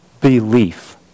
belief